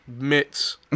mitts